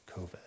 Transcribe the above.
COVID